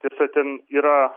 tiesa ten yra